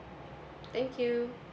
thank you